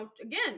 again